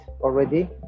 already